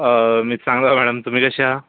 मी चांगला आहे मॅडम तुम्ही कसे आहा